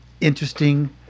interesting